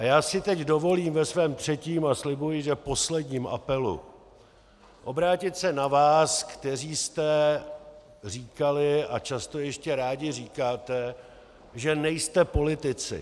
Já si teď dovolím ve svém třetím a slibuji, že posledním apelu obrátit se na vás, kteří jste říkali a často ještě rádi říkáte, že nejste politici.